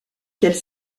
qu’elle